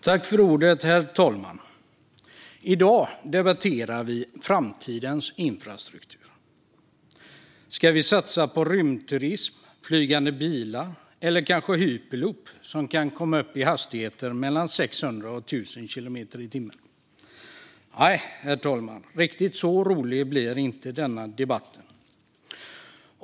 Herr talman! I dag debatterar vi framtidens infrastruktur. Ska vi satsa på rymdturism, flygande bilar eller kanske hyperloop, som kan komma upp i hastigheter mellan 600 och 1 000 kilometer per timme? Nej, herr talman, riktigt så rolig blir inte denna debatt.